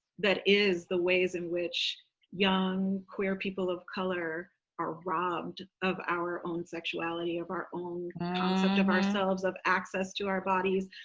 that is the ways in which young queer people of color are robbed of our own sexuality, of our own concept of ourselves, of access to our bodies,